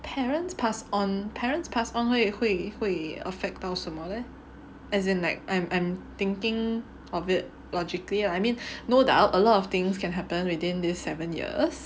parents pass on parents pass on 会会 affect 到什么 leh as in like I'm I'm thinking of it logically lah I mean no doubt a lot of things can happen within this seven years